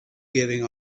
giving